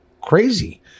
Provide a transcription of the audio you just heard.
crazy